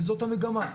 וזאת המגמה.